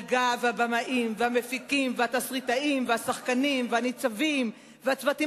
על גב הבמאים והמפיקים והתסריטאים והשחקנים והניצבים והצוותים